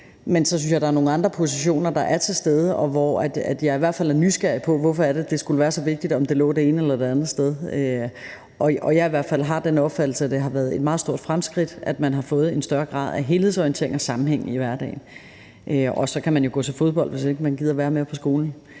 at der er nogle andre positioner til stede, som jeg kan være nysgerrig på, bl.a. hvorfor det skulle være så vigtigt, om det lå det ene eller det andet sted. Jeg har i hvert fald den opfattelse, at det har været et meget stort fremskridt, at man har fået en større grad af helhedsorientering og sammenhæng i hverdagen. Og så kan man jo gå til fodbold, hvis man ikke gider at være mere på skolen.